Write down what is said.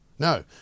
No